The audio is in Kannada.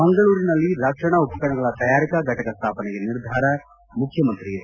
ಮಂಗಳೂರಿನಲ್ಲಿ ರಕ್ಷಣಾ ಉಪಕರಣಗಳ ತಯಾರಿಕಾ ಘಟಕ ಸ್ವಾಪನೆಗೆ ನಿರ್ಧಾರ ಮುಖ್ಯಮಂತ್ರಿ ಎಚ್